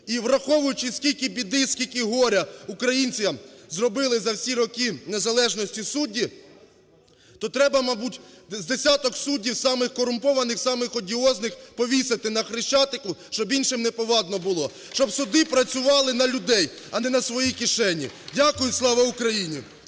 І, враховуючи, скільки біди, скільки горя українцям зробили за всі роки незалежності судді, то треба, мабуть, з десяток суддів самих корумпованих, самих одіозних повісити на Хрещатику, щоб іншимнеповадно було, щоб суди працювали на людей, а не на свої кишені. Дякую. Слава Україні!